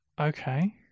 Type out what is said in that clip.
Okay